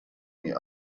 the